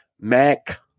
MAC